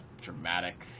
dramatic